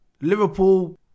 Liverpool